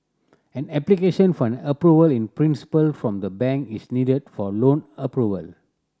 an application for an Approval in Principle from the bank is needed for loan approval